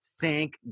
thank